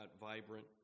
vibrant